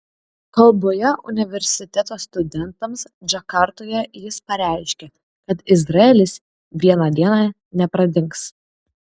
kalboje universiteto studentams džakartoje jis pareiškė kad izraelis vieną dieną nepradings